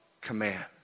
command